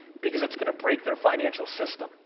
because it's gonna break their financial system.